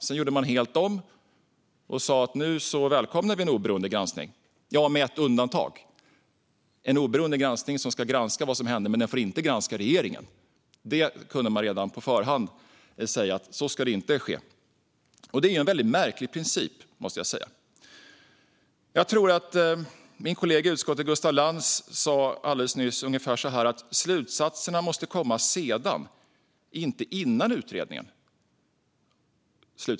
Sedan gjorde man helt om och sa att man välkomnade en oberoende granskning - med ett undantag. Det ska göras en oberoende granskning av vad som hände, men den får inte granska regeringen. Det kunde man säga redan på förhand att så ska inte ske. Det är en märklig princip, måste jag säga. Jag tror att min kollega i utskottet Gustaf Lantz alldeles nyss sa ungefär så här: Slutsatserna måste komma sedan, inte före utredningen.